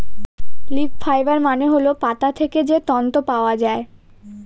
leaf fibre মানে হল পাতা থেকে যে তন্তু পাওয়া যায়